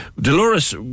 Dolores